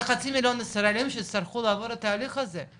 זה חצי מיליון ישראלים שיצטרכו לעבור את ההליך הזה.